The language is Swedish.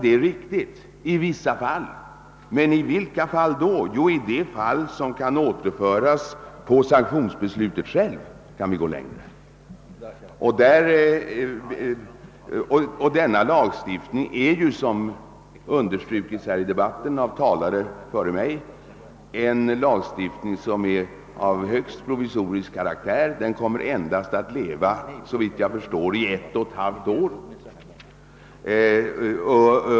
Det är riktigt att detta gäller i vissa fall men i vilka? Jo, i de fall som kan återföras på sanktionsbeslutet självt kan vi gå längre. Denna lag är ju, som understrukits av tidigare talare i debatten, av högst provisorisk karaktär och kommer såvitt jag förstår att gälla under endast ett och ett halvt år.